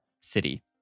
city